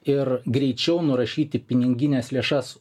ir greičiau nurašyti pinigines lėšas